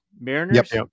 Mariners